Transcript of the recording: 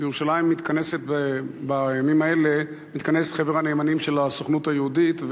בירושלים מתכנס בימים האלה חבר הנאמנים של הסוכנות היהודית.